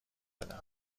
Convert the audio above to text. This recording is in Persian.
بدم